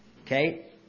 Okay